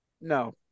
No